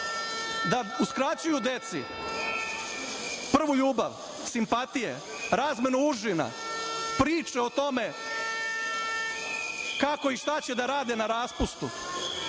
da uskraćuju deci prvu ljubav, simpatije, razmenu užina, priče o tome kako i šta će da rade na raspustu,